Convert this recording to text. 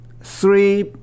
three